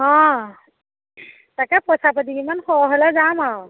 অঁ তাকে পইচা পাতি কিমান সৰহ হ'লে যাম আৰু